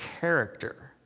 character